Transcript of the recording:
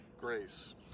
grace